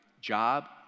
job